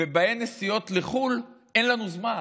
ובאין נסיעות לחו"ל, אין לנו זמן.